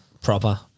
proper